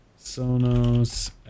Sonos